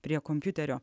prie kompiuterio